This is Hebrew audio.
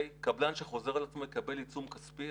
קבלן שחוזר על עצמו יקבל עיצום כספי,